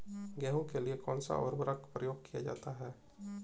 गेहूँ के लिए कौनसा उर्वरक प्रयोग किया जाता है?